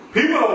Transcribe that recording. People